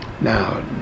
Now